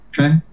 okay